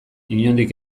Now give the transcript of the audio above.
inondik